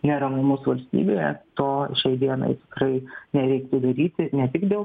neramumus valstybėje to šiai dienai tikrai nereiktų daryti ne tik dėl